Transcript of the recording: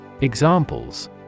Examples